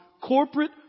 corporate